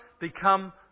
become